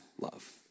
love